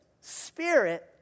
spirit